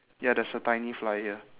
ya there's a tiny fly here